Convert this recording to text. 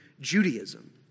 Judaism